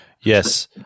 Yes